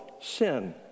sin